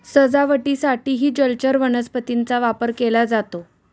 सजावटीसाठीही जलचर वनस्पतींचा वापर केला जातो